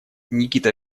никита